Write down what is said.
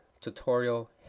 tutorial